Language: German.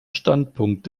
standpunkt